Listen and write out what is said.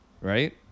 right